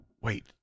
wait